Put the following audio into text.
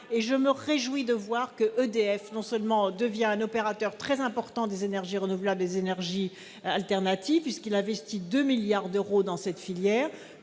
Je me réjouis de voir qu'EDF devient un opérateur très important des énergies renouvelables et des énergies alternatives, puisqu'il investit 2 milliards d'euros dans cette filière